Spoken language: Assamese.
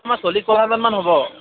আমাৰ চল্লিছ পঞ্চাছজনমান হ'ব